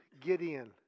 Gideon